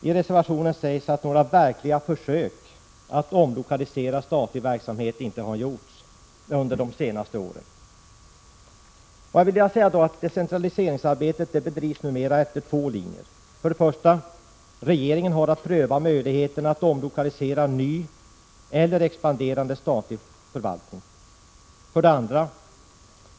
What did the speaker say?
I reservationen sägs att några verkliga försök att omlokalisera statlig verksamhet inte har gjorts under de senaste åren. Decentraliseringsarbetet bedrivs numera efter två linjer: 1. Regeringen har att pröva möjligheterna att omlokalisera ny eller expanderande statlig förvaltning. 2.